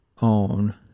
on